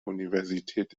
universität